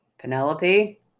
Penelope